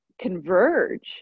converge